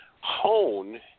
hone